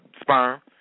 sperm